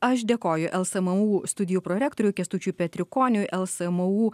aš dėkoju lsmu studijų prorektoriui kęstučiui petrikoniui lsmu